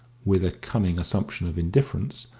with a cunning assumption of indifference,